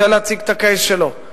רוצה להציג את ה-case שלו.